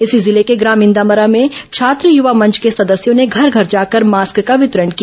इसी जिले के ग्राम इंदामरा में छात्र युवा मंच के सदस्यों ने घर घर जाकर मास्क का वितरण किया